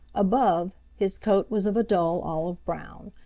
above, his coat was of a dull olive-brown,